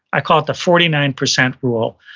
i call it the forty nine percent rule.